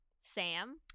Sam